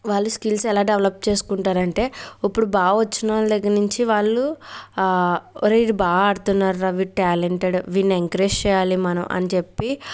వాళ్ళు స్కిల్స్ ఎలా డెవలప్ చేసుకుంటారంటే ఇప్పుడు బాగా వచ్చిన వాళ్ళ దగ్గర నుంచి వాళ్ళు ఒరేయి వీడు బాగా ఆడుతున్నాడురా వీడు ట్యాలెంటెడ్ వీడిని ఎంకరేజ్ చేయాలి మనం అని చెప్పి